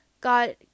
God